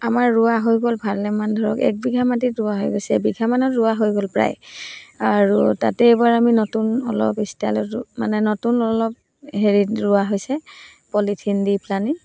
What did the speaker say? আমাৰ ৰোৱা হৈ গ'ল ভালেমান ধৰক এক বিঘা মাটিত ৰোৱা হৈ গৈছে এবিঘামানত ৰোৱা হৈ গ'ল প্ৰায় আৰু তাতে এইবাৰ আমি নতুন অলপ ষ্টাইলতো মানে নতুন অলপ হেৰিত ৰোৱা হৈছে পলিথিন দি পেলাহেনি